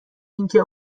اینکه